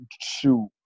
shoot